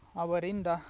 ಅವರಿಂದ